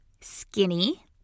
skinny